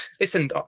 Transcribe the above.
listen